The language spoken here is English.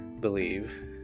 believe